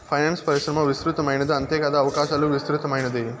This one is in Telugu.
ఫైనాన్సు పరిశ్రమ విస్తృతమైనది అంతేకాదు అవకాశాలు విస్తృతమైనది